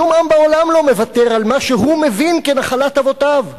שום עם בעולם לא מוותר על מה שהוא מבין כנחלת אבותיו.